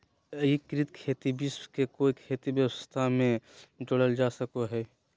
एग्रिकृत खेती विश्व के कोई खेती व्यवस्था में जोड़ल जा सको हइ